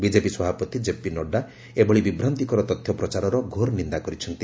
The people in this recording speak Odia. ବିଜେପି ସଭାପତି କେପି ନଡ୍ଡା ଏଭଳି ବିଭ୍ରାନ୍ତିକର ତଥ୍ୟ ପ୍ରଚାରର ଘୋର ନିନ୍ଦା କରିଛନ୍ତି